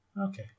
Okay